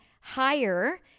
higher